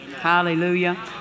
Hallelujah